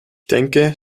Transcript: denke